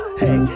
hey